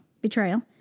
Betrayal